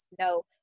No